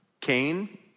Cain